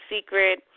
secret